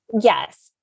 Yes